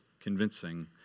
convincing